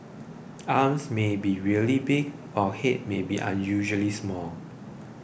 arms may be really big while head may be unusually small